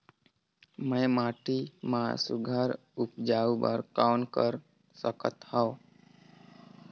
मैं माटी मा सुघ्घर उपजाऊ बर कौन कर सकत हवो?